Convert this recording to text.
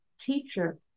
teacher